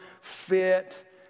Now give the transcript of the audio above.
fit